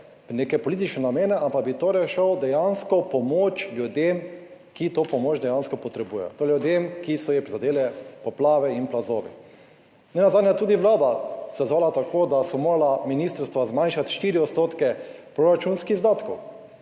v neke politične namene ampak bi torej šel dejansko v pomoč ljudem, ki to pomoč dejansko potrebujejo, to je ljudem, ki so jih prizadele poplave in plazovi. Nenazadnje je tudi vlada se je odzvala tako, da so morala ministrstva zmanjšati 4 % proračunskih izdatkov,